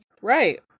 Right